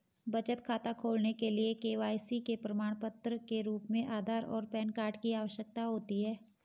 बचत खाता खोलने के लिए के.वाई.सी के प्रमाण के रूप में आधार और पैन कार्ड की आवश्यकता होती है